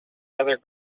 other